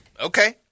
Okay